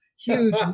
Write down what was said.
huge